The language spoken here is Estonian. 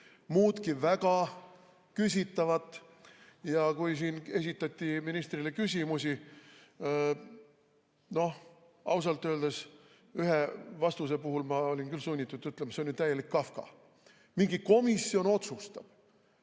muudki väga küsitavat. Kui siin esitati ministrile küsimusi, siis noh, ausalt öeldes ühe vastuse peale olin ma sunnitud ütlema, et see on ju täielik Kafka. Mingi komisjon otsustab.